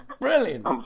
brilliant